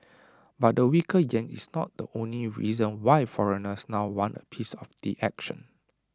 but the weaker Yen is not the only reason why foreigners now want A piece of the action